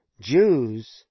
Jews